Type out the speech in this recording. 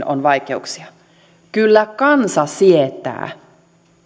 on vaikeuksia kyllä kansa sietää